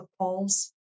polls